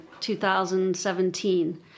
2017